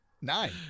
Nine